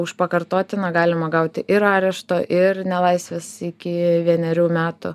už pakartotiną galima gauti ir arešto ir nelaisvės iki vienerių metų